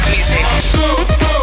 Music